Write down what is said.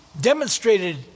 demonstrated